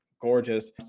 gorgeous